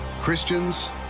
Christians